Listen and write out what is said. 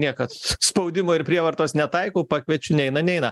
niekad spaudimo ir prievartos netaikau pakviečiu neina neina